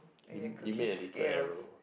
you you made a little arrow